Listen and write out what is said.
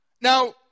Now